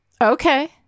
Okay